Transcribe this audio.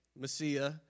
Messiah